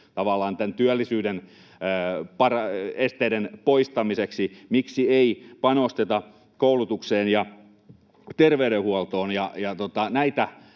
tällaiset keinot työllisyyden esteiden poistamiseksi. Miksi ei panosteta koulutukseen ja terveydenhuoltoon?